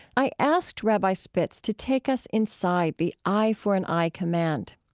i asked rabbi spitz to take us inside the eye for an eye command.